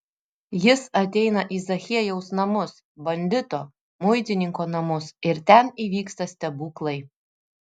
jis ateina į zachiejaus namus bandito muitininko namus ir ten įvyksta stebuklai